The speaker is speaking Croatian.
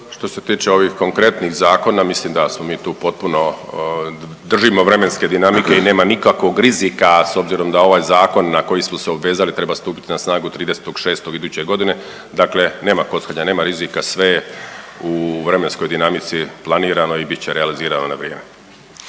Što se tiče ovih konkretnih zakona mislim da smo mi tu potpuno držimo vremenske dinamike i nema nikakvog rizika s obzirom da ovaj zakon na koji smo se obvezali treba stupiti na snagu 30.6. iduće godine, dakle nema kockanja, nema rizika sve je u vremenskoj dinamici planirano i bit će realizirano na vrijeme.